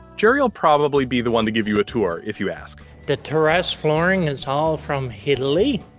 jerry will probably be the one to give you a tour if you ask the terrace flooring is all from italy.